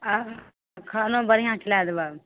खानो बढ़िआँ खिलाय देबऽ